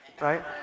right